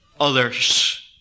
others